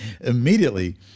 Immediately